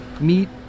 Meet